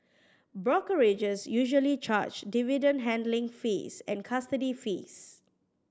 brokerages usually charge dividend handling fees and custody fees